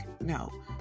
no